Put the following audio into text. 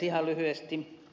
ihan lyhyesti ed